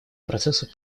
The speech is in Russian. процессу